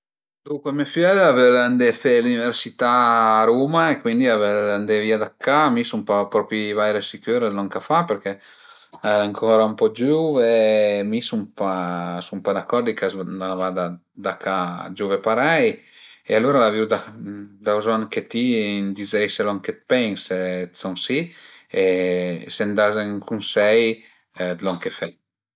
Duncue me fiöl a völ andé fe l'üniversità a Ruma e cuindi a völ andé via da ca e mi sun pa propi vaire sicür dë lon ch'a fa perché al e ancura ën po giuvu e mi sun pa sun pa d'acordi che ch'a s'ën vada da ca giuve parei e alura avrìu da bëzogn che ti më dizeise lon che pense d'son si e se m'daza ün cunsei d'lon che fe